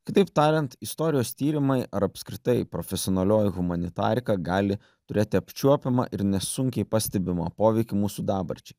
kitaip tariant istorijos tyrimai ar apskritai profesionalioji humanitarika gali turėti apčiuopiamą ir nesunkiai pastebimą poveikį mūsų dabarčiai